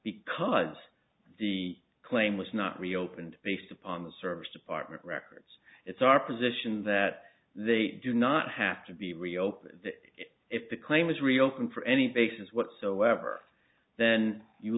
because the claim was not reopened based upon the service department records it's our position that they do not have to be reopened if the claim is reopened for any basis whatsoever then you